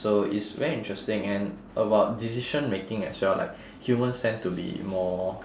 so it's very interesting and about decision making as well like humans tend to be more